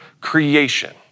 creation